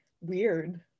weird